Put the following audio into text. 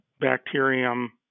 bacterium